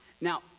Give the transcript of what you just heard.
Now